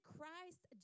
Christ